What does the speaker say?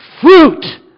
fruit